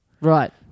Right